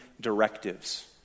directives